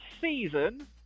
season